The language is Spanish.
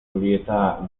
julieta